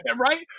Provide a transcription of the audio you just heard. right